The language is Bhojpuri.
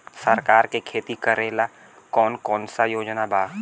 सरकार के खेती करेला कौन कौनसा योजना बा?